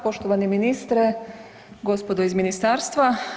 Poštovani ministre, gospodo iz ministarstva.